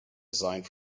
designed